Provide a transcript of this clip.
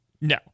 No